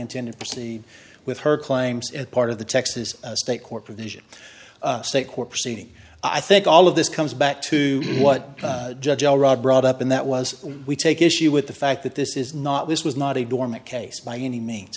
intended proceed with her claims part of the texas state court provision state court proceeding i think all of this comes back to what judge all right brought up and that was we take issue with the fact that this is not this was not a dormant case by any means